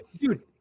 dude